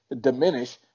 diminish